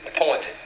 appointed